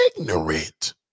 ignorant